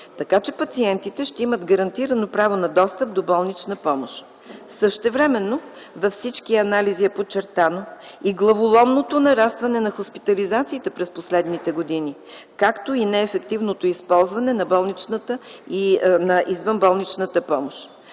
така че пациентите ще имат гарантирано право на достъп до болнична помощ. Същевременно във всички анализи е подчертано и главоломното нарастване на хоспитализациите през последните години, както и неефективното използване на извънболничната помощ.